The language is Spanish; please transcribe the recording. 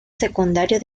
secundario